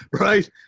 right